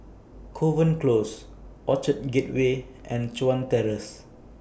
Kovan Close Orchard Gateway and Chuan Terrace